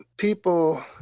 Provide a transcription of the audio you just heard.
People